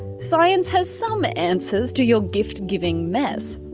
science has some answers to your gift giving mess.